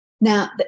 Now